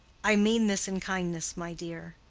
i mean this in kindness, my dear.